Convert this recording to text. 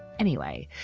anyway,